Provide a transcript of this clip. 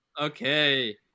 Okay